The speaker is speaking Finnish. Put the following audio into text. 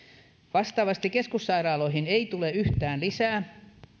vastaavasti keskussairaaloihin ei tule yhtään lisää